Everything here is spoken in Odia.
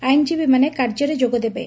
ଆଇନଜୀବୀମାନେ କାର୍ଯ୍ୟରେ ଯୋଗଦେବେ